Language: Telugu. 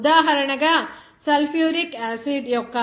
ఉదాహరణగా సల్ఫ్యూరిక్ యాసిడ్ యొక్క 0